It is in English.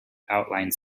outline